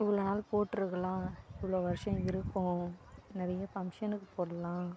இவ்வளோ நாள் போட்டுருக்கலாம் இவ்வளோ வருடம் இருக்கும் நிறைய ஃபங்க்ஷன்க்கு போடலாம்